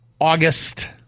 August